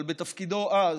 אבל בתפקידו אז